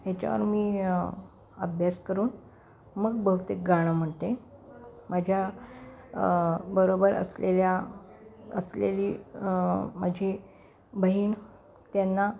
ह्याच्यावर मी अभ्यास करून मग बहुतेक गाणं म्हणते माझ्या बरोबर असलेल्या असलेली माझी बहीण त्यांना